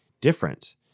different